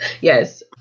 yes